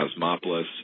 Cosmopolis